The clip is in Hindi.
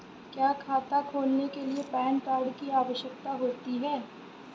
क्या खाता खोलने के लिए पैन कार्ड की आवश्यकता होती है?